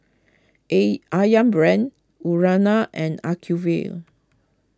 A Ayam Brand Urana and Acuvue